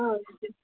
ꯑꯥ